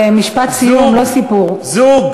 משפט סיום, לא סיפור.